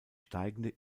steigende